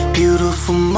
beautiful